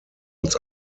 als